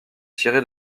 tiré